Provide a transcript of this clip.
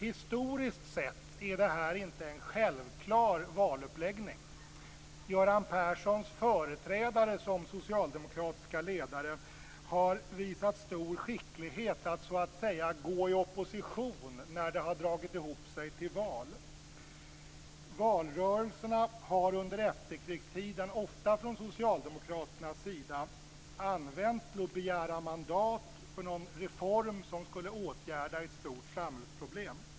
Historiskt sett är detta inte en självklar valuppläggning. Göran Perssons företrädare som socialdemokratiska ledare har visat stor skicklighet att så att säga gå i opposition när det har dragit ihop sig till val. Valrörelserna har under efterkrigstiden från Socialdemokraternas sida ofta använts för att begära mandat för någon reform som skulle åtgärda ett stort samhällsproblem.